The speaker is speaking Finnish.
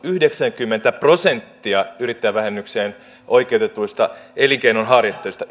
yhdeksääkymmentä prosenttia yrittäjävähennykseen oikeutetuista elinkeinonharjoittajista